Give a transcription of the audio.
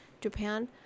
Japan